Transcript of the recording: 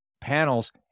panels